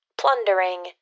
plundering